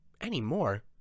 Anymore